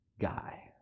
guy